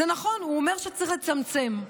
זה נכון, הוא אומר שצריך לצמצם,